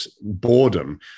boredom